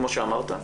כמו שאמרת,